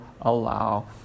allow